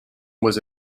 was